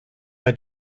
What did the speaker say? bei